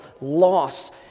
loss